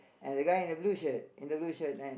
and the guy in the blue shirt in the blue shirt I